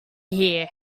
here